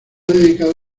dedicado